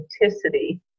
authenticity